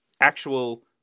actual